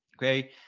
Okay